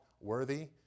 worthy